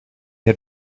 had